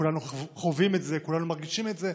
כולנו חווים את זה, כולנו מרגישים את זה.